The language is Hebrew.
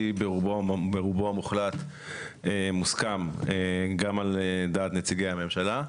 ברובו המוחלט מוסכם גם על דעת נציגי הממשלה.